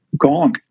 gone